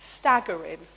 Staggering